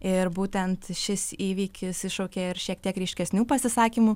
ir būtent šis įvykis iššaukė ir šiek tiek ryškesnių pasisakymų